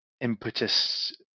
impetus